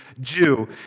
Jew